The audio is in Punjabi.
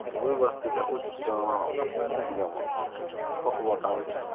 ਉਹਦੇ ਵਾਸਤੇ ਇਹੋ ਚੀਜ਼ਾਂ ਹੁੰਦੀਆਂ ਵਾ ਪਕਵਾਨਾਂ ਵਿੱਚ